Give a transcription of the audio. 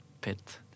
pit